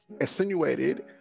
insinuated